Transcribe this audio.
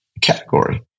category